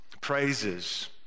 praises